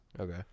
Okay